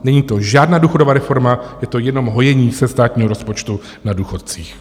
Není to žádná důchodová reforma, je to jenom hojení se státního rozpočtu na důchodcích.